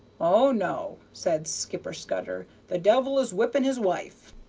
o no, said skipper scudder, the devil is whipping his wife.